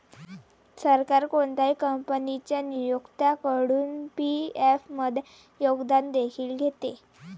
सरकार कोणत्याही कंपनीच्या नियोक्त्याकडून पी.एफ मध्ये योगदान देखील घेते